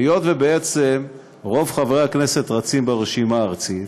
היות שבעצם רוב חברי הכנסת רצים ברשימה הארצית,